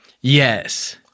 Yes